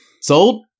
Sold